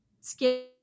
skin